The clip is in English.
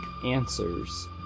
answers